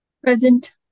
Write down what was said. Present